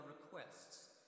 requests